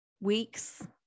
weeks